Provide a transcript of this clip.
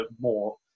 more